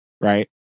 right